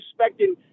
respecting